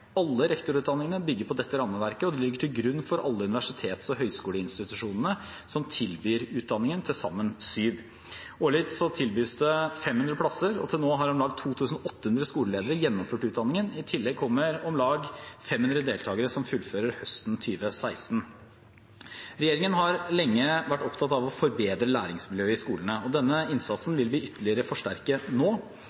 Alle rektorutdanningene bygger på dette rammeverket, og det ligger til grunn for alle universitets- og høyskoleinstitusjonene som tilbyr utdanningen – til sammen syv. Årlig tilbys det 500 plasser, og til nå har om lag 2 800 skoleledere gjennomført utdanningen. I tillegg kommer om lag 500 deltakere som fullfører høsten 2016. Regjeringen har lenge vært opptatt av å forbedre læringsmiljøet i skolene, og denne innsatsen